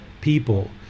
people